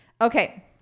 Okay